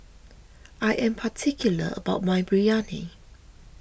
I am particular about my Biryani